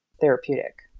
therapeutic